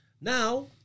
now